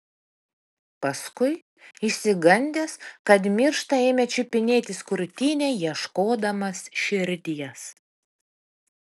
paskui išsigandęs kad miršta ėmė čiupinėtis krūtinę ieškodamas širdies